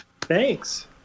Thanks